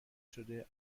شده